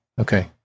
Okay